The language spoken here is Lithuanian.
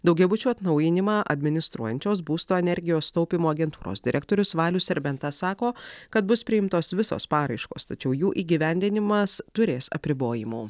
daugiabučių atnaujinimą administruojančios būsto energijos taupymo agentūros direktorius valius serbenta sako kad bus priimtos visos paraiškos tačiau jų įgyvendinimas turės apribojimų